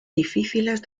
difíciles